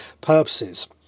purposes